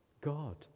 God